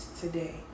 today